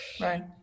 Right